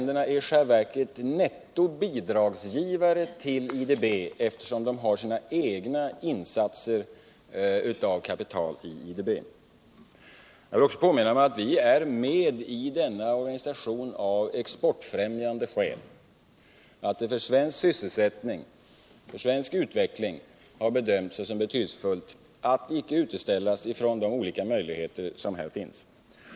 Dessa är i själva verket nettobidragsgivare till IDB, eftersom de gör sina egna insatser av kapital i IDB. Jag vill också påminna om att vi är med i denna organisation av exportfrämjande skäl. Det har bedömts som betydelsefullt för svensk sysselsättning och utveckling att Sverige icke ställer sig utanför de olika möjligheter som detta medlemskap ger.